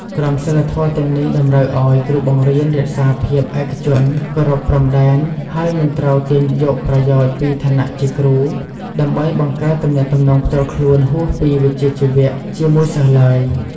ក្រមសីលធម៌ទាំងនេះតម្រូវឱ្យគ្រូបង្រៀនរក្សាភាពឯកជន គោរពព្រំដែន ហើយមិនត្រូវទាញយកប្រយោជន៍ពីឋានៈជាគ្រូ ដើម្បីបង្កើតទំនាក់ទំនងផ្ទាល់ខ្លួនហួសពីវិជ្ជាជីវៈជាមួយសិស្សឡើយ។